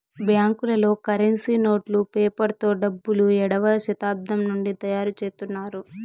బ్యాంకులలో కరెన్సీ నోట్లు పేపర్ తో డబ్బులు ఏడవ శతాబ్దం నుండి తయారుచేత్తున్నారు